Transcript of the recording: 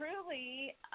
truly